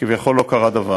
כביכול לא קרה דבר.